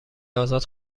ازاد